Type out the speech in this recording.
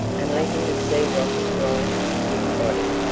and letting the sea rock his long, skinny body.